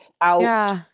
out